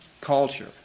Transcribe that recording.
culture